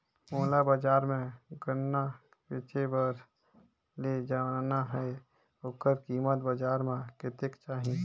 मोला बजार मां गन्ना बेचे बार ले जाना हे ओकर कीमत बजार मां कतेक जाही?